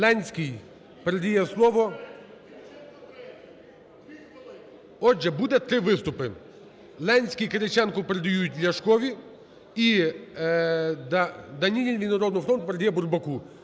Ленський передає слово… Отже, буде три виступи: Ленський і Кириченко передають Ляшкові, і Данілін від "Народного фронту" Бурбаку.